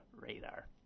radar